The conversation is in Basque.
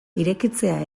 irekitzea